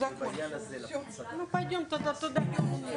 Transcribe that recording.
וזאת נורה אדומה.